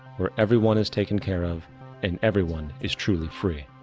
where everyone is taken care of and everyone is truly free.